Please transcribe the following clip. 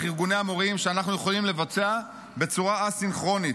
ארגוני המורים שאנחנו יכולים לבצע בצורה א-סינכרונית.